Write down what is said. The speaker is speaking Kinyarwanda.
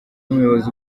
muyobozi